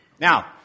Now